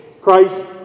Christ